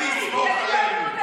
אל תסמוך עלינו.